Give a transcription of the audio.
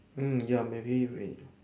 mm ya maybe we